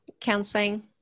counseling